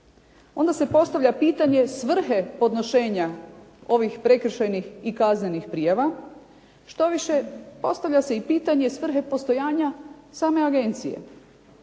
onda se postavlja pitanje svrhe podnošenja ovih prekršajnih i kaznenih prijava, štoviše, postavlja se i pitanje svrhe postojanja same agencije.